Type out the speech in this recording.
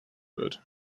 wird